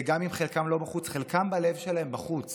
וגם אם חלקם לא בחוץ, חלקם בלב שלהם בחוץ